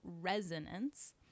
resonance